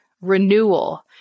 renewal